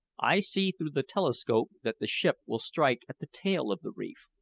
i see through the telescope that the ship will strike at the tail of the reef,